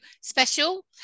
special